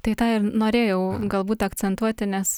tai tą ir norėjau galbūt akcentuoti nes